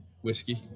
Whiskey